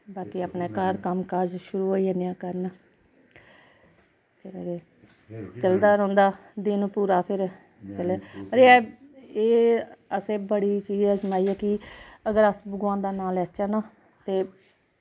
बाकि अपनै घर कम्म काज शुरू होई जन्ने आं करन फिर चलदा रौंह्दा दिन पूरा फिर चल पर एह् अस बड़ी चीज अजमाई ऐ कि अगर अस भगवान दा नांऽ लैच्चै ना ते